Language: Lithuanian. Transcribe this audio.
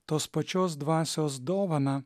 tos pačios dvasios dovaną